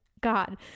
God